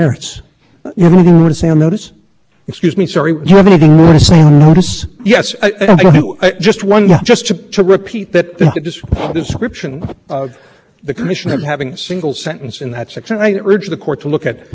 when further and it said does it fit within the definition of commercial mobile service and and the petitioner say well you just asked whether it fits within the definition and we answered no even though the statute says time and time